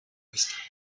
pista